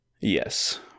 Yes